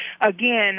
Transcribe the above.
again